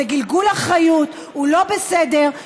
זה גלגול אחריות, הוא לא בסדר.